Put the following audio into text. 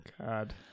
god